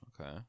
Okay